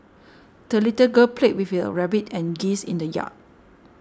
the little girl played with her rabbit and geese in the yard